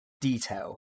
detail